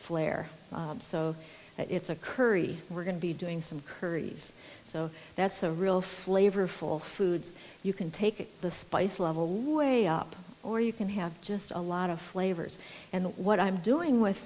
flair so it's a curry we're going to be doing some curries so that's a real flavorful foods you can take the spice level way up or you can have just a lot of flavors and what i'm doing with